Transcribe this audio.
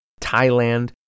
Thailand